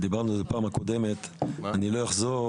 דיברנו על זה בפעם הקודמת, אני לא אחזור.